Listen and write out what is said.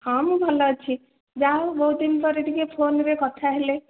ହଁ ମୁଁ ଭଲ ଅଛି ଯାହା ହେଉ ବହୁତ୍ ଦିନପରେ ଟିକିଏ ଫୋନ୍ରେ କଥା ହେଲେ